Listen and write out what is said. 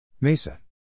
MESA